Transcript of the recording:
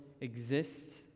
exist